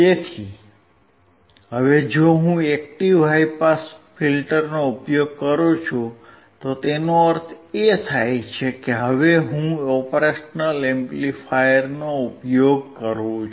તેથી હવે જો હું એક્ટીવ હાઇ પાસ ફિલ્ટરનો ઉપયોગ કરું છું તેનો અર્થ એ કે હવે હું ઓપરેશનલ એમ્પ્લીફાયરનો ઉપયોગ કરું છું